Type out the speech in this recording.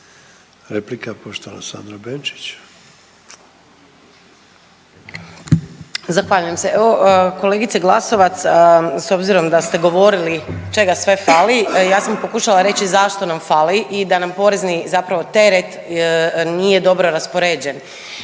rasprava poštovana Sandra Benčić.